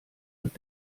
wird